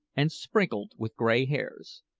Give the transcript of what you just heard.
and sprinkled with grey hairs.